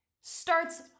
starts